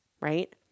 right